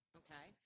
okay